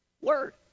word